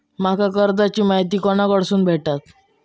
माका कर्जाची माहिती कोणाकडसून भेटात?